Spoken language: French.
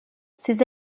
ses